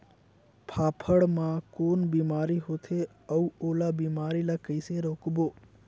फाफण मा कौन बीमारी होथे अउ ओला बीमारी ला कइसे रोकबो?